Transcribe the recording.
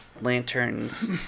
lanterns